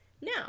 Now